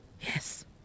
Yes